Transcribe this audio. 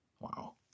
Wow